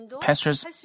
pastors